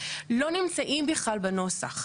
לא נמצאים בכלל בנוסח.